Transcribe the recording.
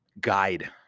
guide